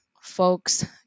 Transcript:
folks